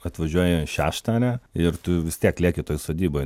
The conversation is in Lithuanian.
atvažiuoji šeštą ane ir tu vis tiek lieki toj sodyboj